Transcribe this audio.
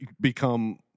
become